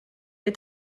est